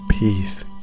peace